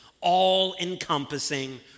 all-encompassing